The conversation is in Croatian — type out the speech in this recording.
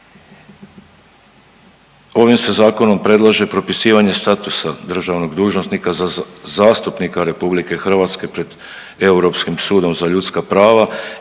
Ovim se zakonom predlaže propisivanje statusa državnog dužnosnika za zastupnika RH pred Europskim sudom za ljudska prava